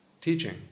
teaching